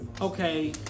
okay